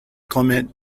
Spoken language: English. clement